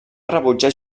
rebutjar